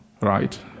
Right